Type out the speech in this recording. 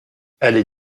allée